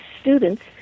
students